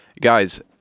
Guys